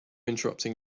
interrupting